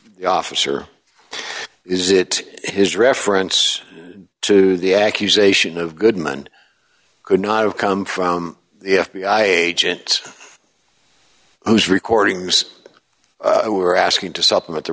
the officer is it his reference to the accusation of goodman could not have come from the f b i agent whose recordings we were asking to supplement the